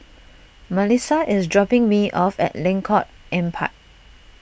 Malissa is dropping me off at Lengkok Empat